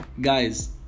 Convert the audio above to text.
Guys